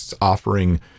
offering